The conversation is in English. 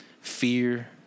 fear